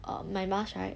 um my mask right